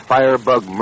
Firebug